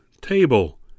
table